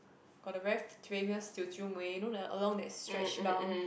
got the very famous Teochew mui you know the along that stretch down